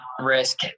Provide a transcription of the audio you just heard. risk